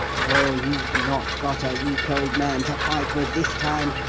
oh, you've not got a weak old man to fight with this time!